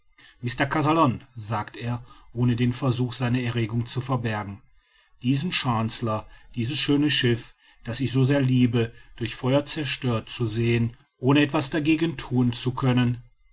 mr kazallon sagt er ohne einen versuch seine erregung zu verbergen diesen chancellor dieses schöne schiff das ich so sehr liebe durch feuer zerstören zu sehen ohne etwas dagegen thun zu können